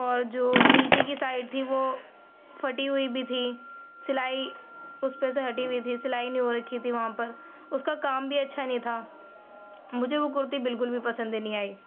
اور جو نیچے کی سائیڈ تھی وہ پھٹی ہوئی بھی تھی سِلائی اُس پہ سے ہٹی ہوئی تھی سِلائی نہیں ہو ركھی تھی وہاں پر اُس كا كام بھی اچھا نہیں تھا مجھے وہ كُرتی بالكل بھی پسند نہیں آئی